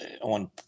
on